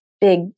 big